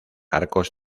arcos